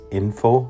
info